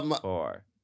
four